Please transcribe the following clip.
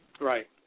Right